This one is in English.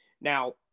Now